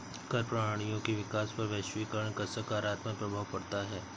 कर प्रणालियों के विकास पर वैश्वीकरण का सकारात्मक प्रभाव पढ़ता है